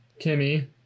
Kimmy